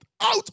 out